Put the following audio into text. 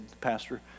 Pastor